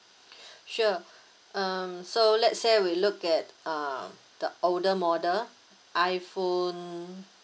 sure um so let's say we look at um the older model iphone